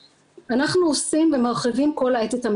אסור לנו לשכוח ואנחנו מכירים את זה מקרוב,